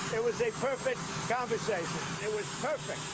it was a perfect conversation. it was perfect.